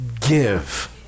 Give